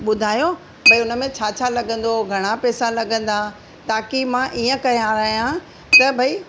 ॿुधायो भई उन में छा छा लॻंदो घणा पेसा लॻंदा ताकी मां ईअं करायां त भई